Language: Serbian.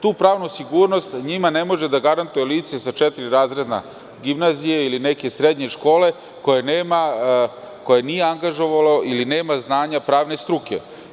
Tu pravnu sigurnost njima ne može da garantuje lice sa četiri razreda gimnazije ili neke srednje škole, koje nema znanje pravne struke.